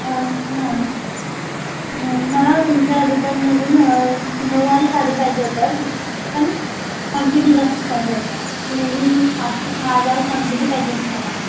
हं मला तुमच्या दुकानामधून नऊवारी साडी पाहिजे होत्या पण क्वांटिटी जास्त पाहिजे आहेत मे बी पाच ते सहा हजार क्वांटिटी पाहिजे आहेत मला